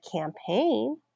campaign